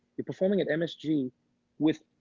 you're performing at msg with,